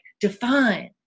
define